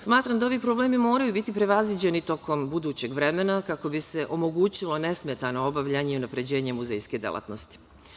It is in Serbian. Smatram da ovi problemi moraju biti prevaziđeni tokom budućeg vremena, kako bi se omogućilo nesmetano obavljanje i unapređenje muzejske delatnosti.